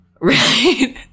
Right